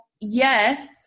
yes